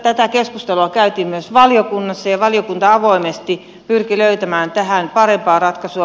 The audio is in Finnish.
tätä keskustelua käytiin myös valiokunnassa ja valiokunta avoimesti pyrki löytämään tähän parempaa ratkaisua